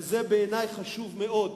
וזה בעיני חשוב מאוד.